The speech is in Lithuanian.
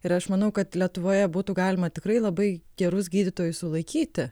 ir aš manau kad lietuvoje būtų galima tikrai labai gerus gydytojus sulaikyti